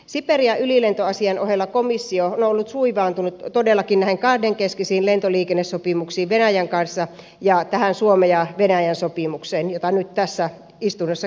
siperian ylilentoasian ohella komissio on ollut suivaantunut todellakin kahdenkeskisiin lentoliikennesopimuksiin venäjän kanssa ja tähän suomen ja venäjän sopimukseen jota nyt tässä istunnossa käsitellään